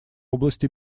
области